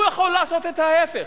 הוא יכול לעשות את ההיפך.